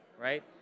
right